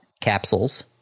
capsules